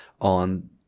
on